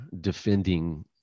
defending